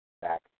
back